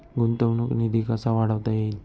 गुंतवणूक निधी कसा वाढवता येईल?